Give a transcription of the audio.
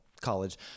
college